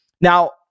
Now